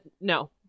No